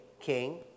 king